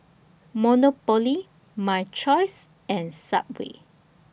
Monopoly My Choice and Subway